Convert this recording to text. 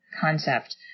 concept